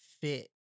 fit